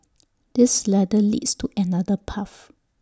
this ladder leads to another path